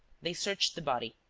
they searched the body.